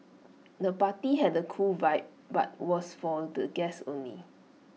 the party had A cool vibe but was for the guests only